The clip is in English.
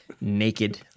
naked